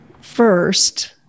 first